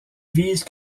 vise